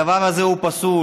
הדבר הזה הוא פסול.